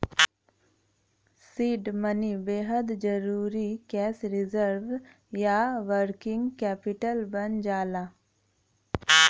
seed money बेहद जरुरी cash reserve या वर्किंग कैपिटल बन जाला